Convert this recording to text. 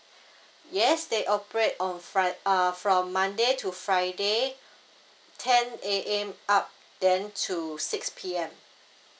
yes they operate on fri~ err from monday to friday ten A_M up then to six P_M